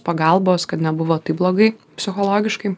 pagalbos kad nebuvo taip blogai psichologiškai